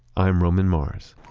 i'm roman mars.